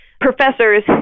professors